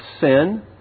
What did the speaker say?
sin